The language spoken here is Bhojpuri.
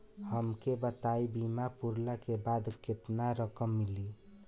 हमके ई बताईं बीमा पुरला के बाद केतना रकम मिली?